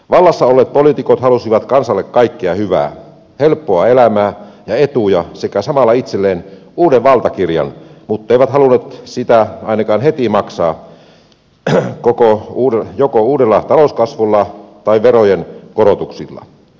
vallassa olleet poliitikot halusivat kansalle kaikkea hyvää helppoa elämää ja etuja sekä samalla itselleen uuden valtakirjan mutteivät halunneet sitä ainakaan heti maksaa joko uudella talouskasvulla tai verojen korotuksilla